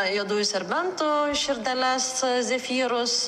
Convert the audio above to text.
juodųjų serbentų širdeles zefyrus